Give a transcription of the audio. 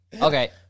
Okay